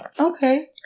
Okay